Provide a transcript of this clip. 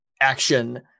action